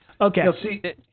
Okay